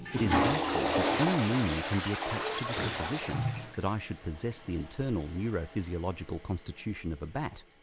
it is doubtful that any meaning can be attached to the supposition that i should possess the internal neuro-physiological constitution of a bat.